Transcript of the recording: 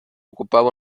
ocupaba